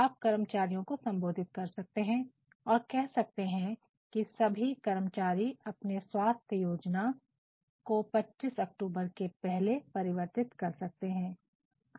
आप कर्मचारियों को संबोधित कर सकते हैं और कह सकते हैं कि 'सभी कर्मचारी अपने स्वास्थ्य योजना को 25 अक्टूबर के पहले परिवर्तित कर सकते हैं'